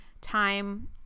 time